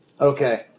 Okay